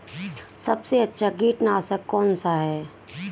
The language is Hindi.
सबसे अच्छा कीटनाशक कौनसा है?